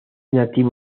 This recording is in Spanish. nativo